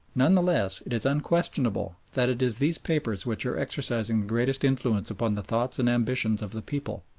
none the less it is unquestionable that it is these papers which are exercising the greatest influence upon the thoughts and ambitions of the people,